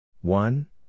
one